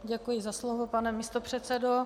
Děkuji za slovo, pane místopředsedo.